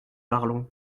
parlons